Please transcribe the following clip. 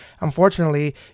Unfortunately